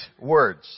words